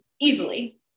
easily